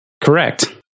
Correct